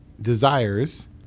desires